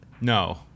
No